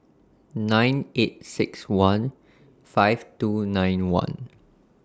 nine eight six one five two nine one